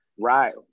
Right